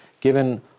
given